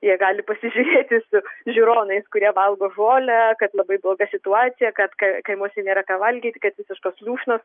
jie gali pasižiūrėti su žiūronais kurie valgo žolę kad labai bloga situacija kad kai kaimuose nėra ką valgyt kad visiškos lūšnos